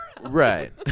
right